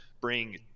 bring